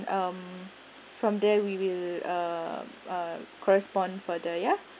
um from there we will uh uh correspond further ya